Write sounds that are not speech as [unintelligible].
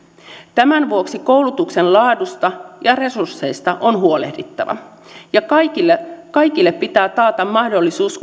tämän vuoksi koulutuksen laadusta ja resursseista on huolehdittava ja kaikille kaikille pitää taata mahdollisuus [unintelligible]